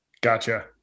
Gotcha